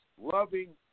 loving